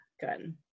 Good